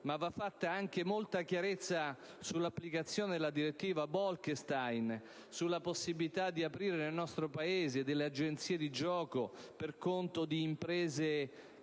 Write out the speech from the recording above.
Ma va fatta molta chiarezza anche sull'applicazione della direttiva Bolkestein, sulla possibilità di aprire nel nostro Paese delle agenzie di gioco per conto di imprese che